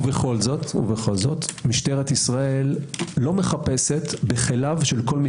ובכל זאת משטרת ישראל לא מחפשת בכליו של כל מי